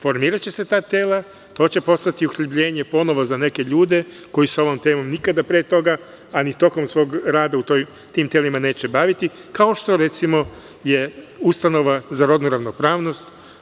Formiraće se ta tela, to će postati uhlebljenje ponovo za neke ljude koji sa ovom temom nikada pre toga, a ni tokom svoga rada u tim telima se neće baviti, kao što je, recimo, ustanova za rodnu ravnopravnost.